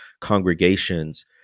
congregations